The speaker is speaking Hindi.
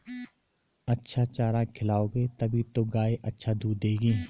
अच्छा चारा खिलाओगे तभी तो गाय अच्छा दूध देगी